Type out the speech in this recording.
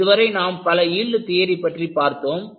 இதுவரை நாம் பல யீல்டு தியரி பற்றி பார்த்தோம்